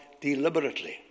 deliberately